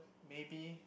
maybe